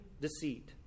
deceit